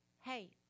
hey